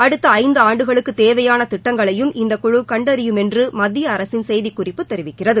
அடுத்த ஐந்து ஆண்டுகளுக்குத் தேவையான திட்டங்களையும் இந்த குழு கண்டறியும் என்று மத்திய அரசின் செய்திக்குறிப்பு தெரிவிக்கிறது